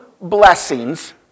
blessings